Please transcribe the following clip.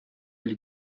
oli